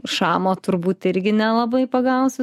šamo turbūt irgi nelabai pagausi